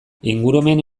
ingurumen